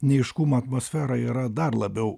neaiškumo atmosfera yra dar labiau